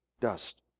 dust